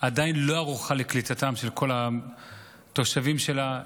עדיין לא ערוכה לקליטתם של כל התושבים שלה,